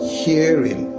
hearing